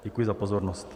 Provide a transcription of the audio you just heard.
Děkuji za pozornost.